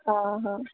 ହ ହଁ